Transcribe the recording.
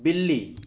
बिल्ली